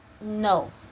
no